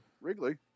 Wrigley